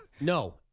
No